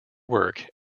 work